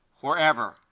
forever